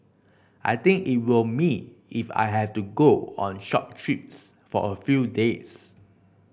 I think it will me if I have to go on short trips for a few days